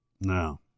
no